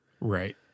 Right